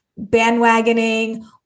bandwagoning